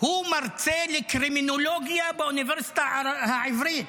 הוא מרצה לקרימינולוגיה באוניברסיטה העברית,